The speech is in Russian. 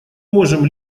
можем